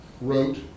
wrote